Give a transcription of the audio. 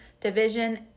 division